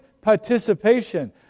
participation